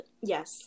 yes